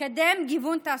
לקדם גיוון תעסוקתי.